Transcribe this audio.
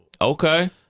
Okay